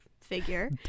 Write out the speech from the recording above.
figure